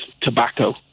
tobacco